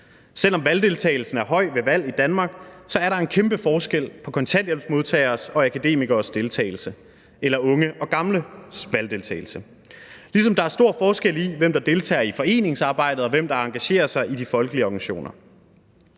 Selv om valgdeltagelsen er høj ved valg i Danmark, er der en kæmpe forskel på kontanthjælpsmodtageres og akademikeres deltagelse eller unges og gamles valgdeltagelse, ligesom der er stor forskel på, hvem der deltager i foreningsarbejdet, og hvem der engagerer sig i de folkelige organisationer.